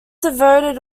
devoted